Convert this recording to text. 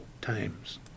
times